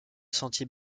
sentier